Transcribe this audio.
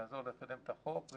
נעזור לקדם את החוק,